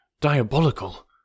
diabolical